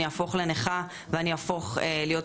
אני אהפוך לנכה,